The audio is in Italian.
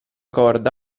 corda